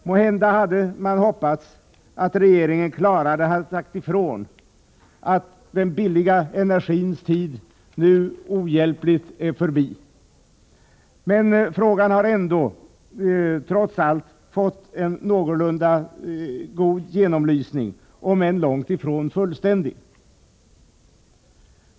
Måhända hade man hoppats att regeringen klarare hade sagt ifrån att den billiga energins tid nu ohjälpligt är förbi. Men frågan har trots allt fått en någorlunda god genomlysning, om än långt ifrån fullständig.